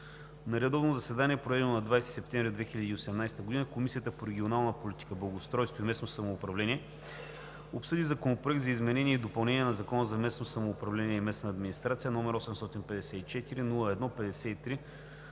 На редовно заседание, проведено на 20 септември 2018 г., Комисията по регионална политика, благоустройство и местно самоуправление обсъди Законопроект за изменение и допълнение на Закона за местното самоуправление и местната администрация, № 854-01-53,